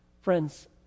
Friends